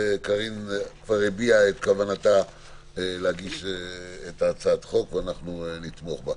קארין כבר הביעה את כוונתה להגיש הצעת חוק ואנחנו נתמוך בה.